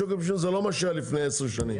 שוק הפשפשים זה לא מה שהיה לפני עשר שנים.